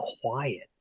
quiet